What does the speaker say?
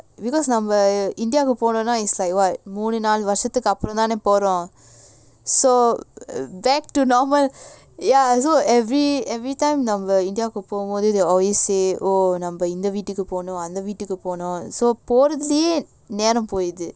because நம்ம:namma India போனோம்னா:ponomna is like [what] மூணுநாலுவருசத்துக்குஅப்புறம்தான்போறோம்:moonu naalu varusathuku apuramthan porom so back to normal ya so every everytime number நம்ம:namma they will always say oh நேரம்போயிடுது:neram poiduthu